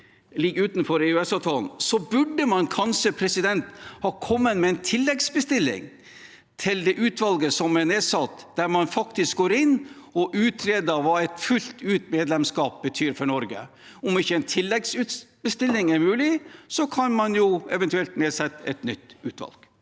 burde man kanskje ha kommet med en tilleggsbestilling til det utvalget som er nedsatt, der man faktisk går inn og utreder hva et fullt ut medlemskap betyr for Norge. Om ikke en tilleggsbestilling er mulig, kan man jo eventuelt nedsette et nytt utvalg.